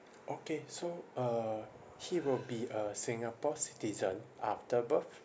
okay so uh he will be a singapore citizen after birth